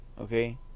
Okay